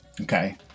Okay